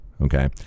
okay